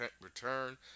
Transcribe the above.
return